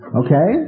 okay